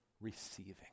Receiving